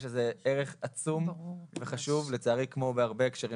יש לזה ערך עצום וחשוב לצערי כמו בהרבה הקשרים